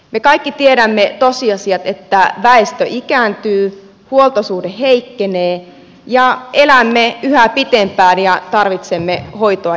me kaikki tiedämme tosiasiat että väestö ikääntyy huoltosuhde heikkenee ja elämme yhä pitempään ja tarvitsemme hoitoa ja hoivaa